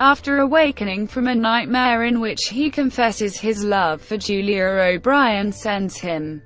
after awakening from a nightmare in which he confesses his love for julia, o'brien sends him